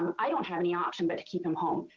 um i don't have any option but to keep him home.